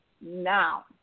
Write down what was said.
now